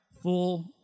full